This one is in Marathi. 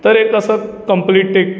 तर एक असं कंप्लीट एक